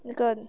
那个